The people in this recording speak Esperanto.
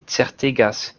certigas